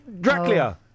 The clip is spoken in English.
Dracula